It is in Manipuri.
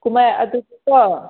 ꯀꯨꯝꯍꯩ ꯑꯗꯨꯗꯀꯣ